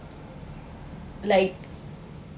like